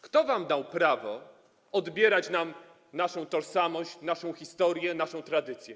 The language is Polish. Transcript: Kto wam dał prawo odbierać nam naszą tożsamość, naszą historię, naszą tradycję?